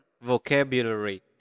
vocabulary